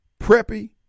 preppy